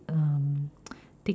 um